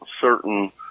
certain